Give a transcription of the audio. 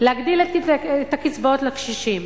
להגדיל את הקצבאות לקשישים,